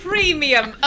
Premium